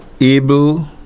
able